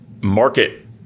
market